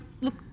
look